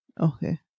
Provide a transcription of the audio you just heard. Okay